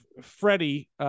Freddie